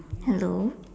hello